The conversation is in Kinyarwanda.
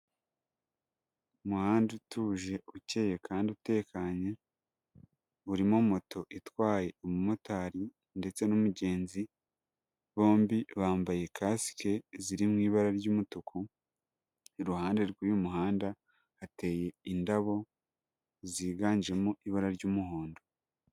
Umuhanda utuje ukeye kandi utekanye, urimo moto itwaye umumotari ndetse n'umugenzi, bombi bambaye kasike ziri mu ibara ry'umutuku, iruhande rw'uyu muhanda hateye indabo ziganjemo ibara ry'umuhondo.